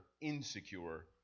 insecure